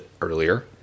earlier